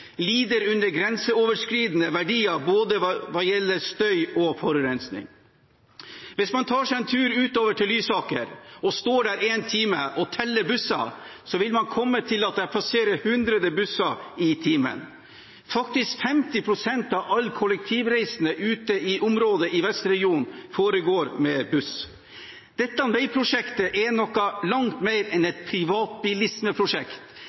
grenseoverskridende verdier både hva gjelder støy og forurensning. Tar man seg en tur ut til Lysaker og står der i én time og teller busser, vil man komme til at det passerer 100 busser i timen. Faktisk foregår 50 pst. av alle kollektivreiser i Vestregionen med buss. Dette veiprosjektet er noe langt mer enn